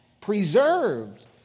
preserved